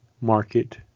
market